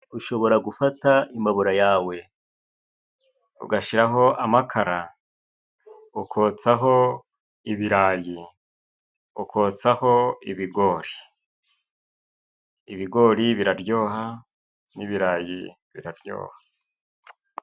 Ushobora gufata imbabura yawe ugashyiraho amakara, ukotsaho ibirayi ukotsaho ibigori. Ibigori biraryoha, n'ibirayi biraryoha.